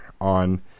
on